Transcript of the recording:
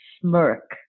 smirk